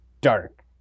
dark